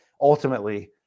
ultimately